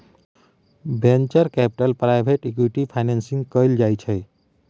venture capital private equity financing कएल जाइ छै